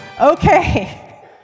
Okay